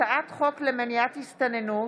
הצעת חוק למניעת הסתננות